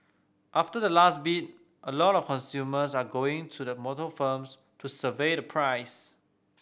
after the last bid a lot of consumers are going to the motor firms to survey the price